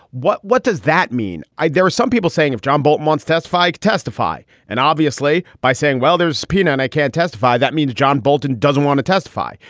what what does that mean? i. there are some people saying if john bolton wants testify to testify. and obviously by saying, well, there's subpoena and i can testify, that means john bolton doesn't want to testify.